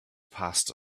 passed